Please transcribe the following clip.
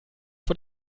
vor